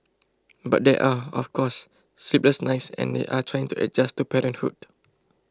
but there are of course sleepless nights and they are trying to adjust to parenthood